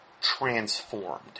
transformed